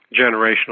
generational